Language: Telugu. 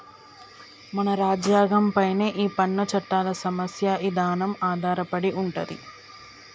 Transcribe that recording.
మన రాజ్యంగం పైనే ఈ పన్ను చట్టాల సమస్య ఇదానం ఆధారపడి ఉంటది